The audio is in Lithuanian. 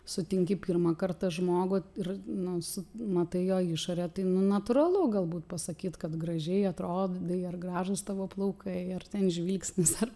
sutinki pirmą kartą žmogų ir nu su matai jo išorę tai nu natūralu galbūt pasakyt kad gražiai atrodai ar gražūs tavo plaukai ar ten žvilgsnis ar